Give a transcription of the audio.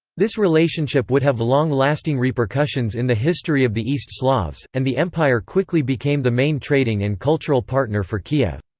this relationship would have long-lasting repercussions in the history of the east slavs, and the empire quickly became the main trading and cultural partner for kiev.